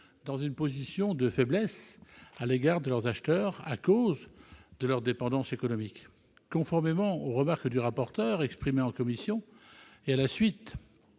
dans une position de faiblesse à l'égard de leurs acheteurs, à cause de leur dépendance économique. Conformément aux remarques exprimées par M. le rapporteur en commission et à la suite